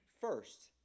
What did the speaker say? first